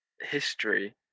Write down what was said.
history